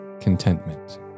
Contentment